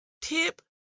Tip